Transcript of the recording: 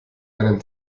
einen